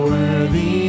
Worthy